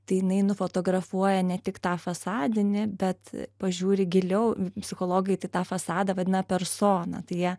tai jinai nufotografuoja ne tik tą fasadinį bet pažiūri giliau psichologai tai tą fasadą vadina persona tai jie